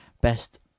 Best